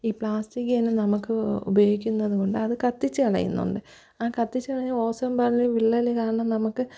ഈ പ്ലാസ്റ്റിക് തന്നെ നമുക്ക് ഉപയോഗിക്കുന്നത് കൊണ്ട് അത് കത്തിച്ചളയുന്നുണ്ട് ആ കത്തിച്ചുകളയുന്ന ഓസോൺ പാളിയിൽ വിള്ളല് കാരണം നമ്മള്ക്ക്